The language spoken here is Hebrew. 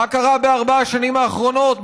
מה קרה בארבע השנים האחרונות?